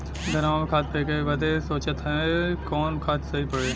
धनवा में खाद फेंके बदे सोचत हैन कवन खाद सही पड़े?